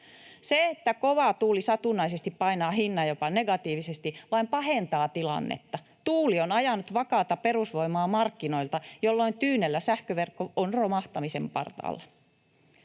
Se, että kova tuuli satunnaisesti painaa hinnan jopa negatiiviseksi, vain pahentaa tilannetta. Tuuli on ajanut vakaata perusvoimaa markkinoilta, jolloin tyynellä sähköverkko on romahtamisen partaalla.